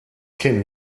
kim